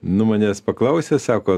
nu manęs paklausė sako